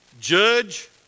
judge